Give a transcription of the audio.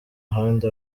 ahandi